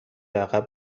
عقب